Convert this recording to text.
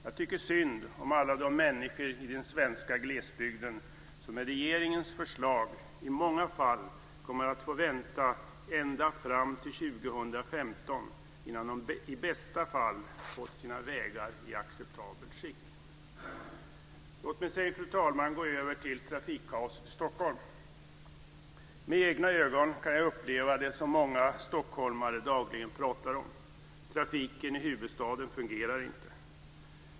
Jag tycker synd om alla de människor i den svenska glesbygden som med regeringens förslag i många fall kommer att få vänta ända fram till 2015 innan de i bästa fall fått sina vägar i ett acceptabelt skick. Låt mig sedan, fru talman, gå över till trafikkaoset i Stockholm. Med egna ögon kan jag uppleva det som många stockholmare dagligen pratar om: Trafiken i huvudstaden fungerar inte.